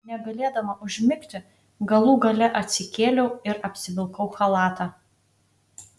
negalėdama užmigti galų gale atsikėliau ir apsivilkau chalatą